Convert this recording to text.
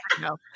No